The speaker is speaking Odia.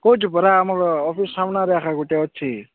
କହୁଛି ପରା ଆମର ଅଫିସ୍ ସାମ୍ନାରେ ଏକା ଗୋଟେ ଅଛି